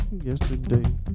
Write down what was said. yesterday